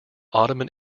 ottoman